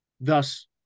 thus